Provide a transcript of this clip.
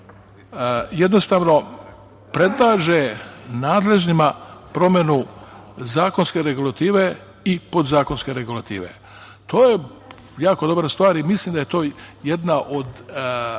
jednostavno predlaže nadležnima promenu zakonske regulative i podzakonske regulative. To je jako dobra stvar i mislim da je to jedna od